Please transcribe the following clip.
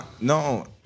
No